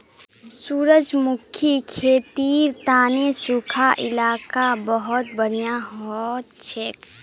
सूरजमुखीर खेतीर तने सुखा इलाका बहुत बढ़िया हछेक